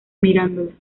mirándola